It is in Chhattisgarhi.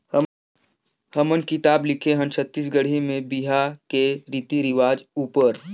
हमन किताब लिखे हन छत्तीसगढ़ी में बिहा कर रीति रिवाज उपर